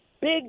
Big